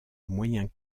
moyen